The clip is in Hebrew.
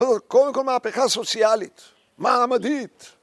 קודם כל, מהפכה סוציאלית, מעמדית